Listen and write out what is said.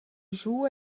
joue